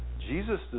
Jesus